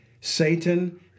Satan